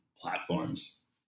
platforms